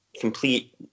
complete